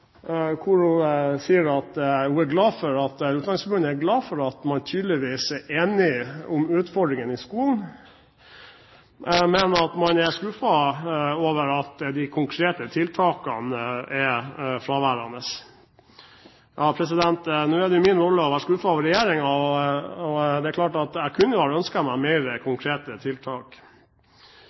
at Utdanningsforbundet er glad for at man tydeligvis er enig om utfordringene i skolen, men at man er skuffet over at de konkrete tiltakene er fraværende. Nå er det min rolle å være skuffet over regjeringen, og det er klart at jeg kunne ha ønsket meg mer konkrete tiltak.